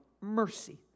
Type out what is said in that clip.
mercy